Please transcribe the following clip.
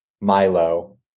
Milo